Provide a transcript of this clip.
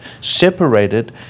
separated